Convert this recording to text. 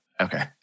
okay